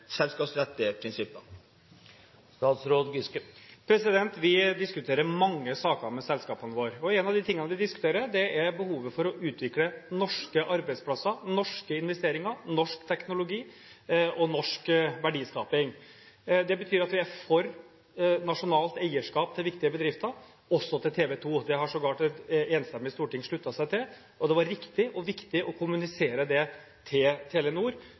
prinsipper? Vi diskuterer mange saker med selskapene våre. Noe av det vi diskuterer, er behovet for å utvikle norske arbeidsplasser, norske investeringer, norsk teknologi og norsk verdiskaping. Det betyr at vi er for nasjonalt eierskap til viktige bedrifter, også til TV 2. Det har sågar et enstemmig storting sluttet seg til, og det var riktig og viktig å kommunisere det til Telenor,